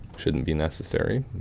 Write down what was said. shouldn't be necessary.